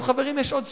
חברים, יש עוד סוגיה.